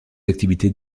activités